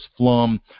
Flum